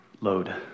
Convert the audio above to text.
load